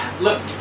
Look